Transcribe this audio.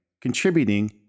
contributing